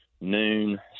noon